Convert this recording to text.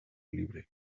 libre